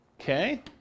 Okay